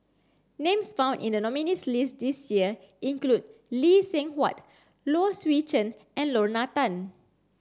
names found in the nominees' list this year include Lee Seng Huat Low Swee Chen and Lorna Tan